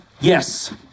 Yes